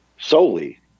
solely